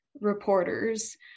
reporters